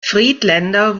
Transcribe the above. friedländer